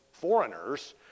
foreigners